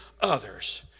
others